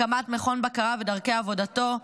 הקמת מכון בקרה ודרכי עבודתו,